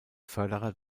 förderer